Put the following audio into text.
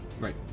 Right